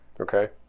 Okay